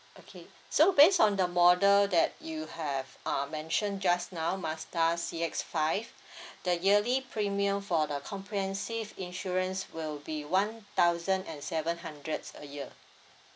okay so base on the model that you have uh mention just now mazda C X five the yearly premium for the comprehensive insurance will be one thousand and seven hundred a year